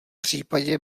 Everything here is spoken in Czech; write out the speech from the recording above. případě